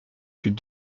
que